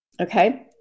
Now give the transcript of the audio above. Okay